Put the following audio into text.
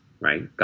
right